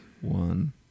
one